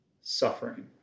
suffering